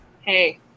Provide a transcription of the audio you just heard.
Hey